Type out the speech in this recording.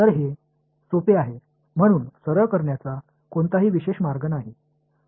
तर हे सोपे आहे म्हणून सरळ करण्याचा कोणताही विशेष मार्ग नाही